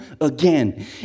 again